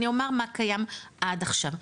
אני אומר מה קיים עד עכשיו,